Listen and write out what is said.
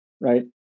right